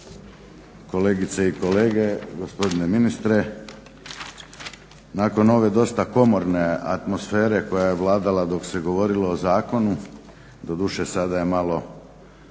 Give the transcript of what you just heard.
kolegice i kolege, gospodine ministre. Nakon ove dosta komorne atmosfere koja je vladala dok se govorilo o zakonu, doduše sada malo